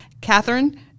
Catherine